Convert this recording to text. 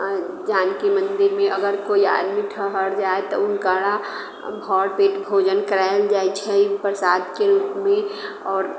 अऽ जानकी मन्दिर मे अगर कोइ आदमी ठहर जाइ तऽ उनकारा भर पेट भोजन करायल जाइ छै प्रसाद के रूपमे आओर